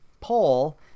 pole